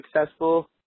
successful